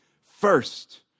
First